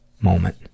moment